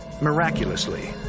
Miraculously